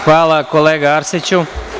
Hvala, kolega Arsiću.